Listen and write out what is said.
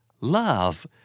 love